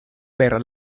per